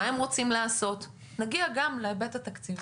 מה הם רוצים לעשות ונגיע גם להיבט התקציבי.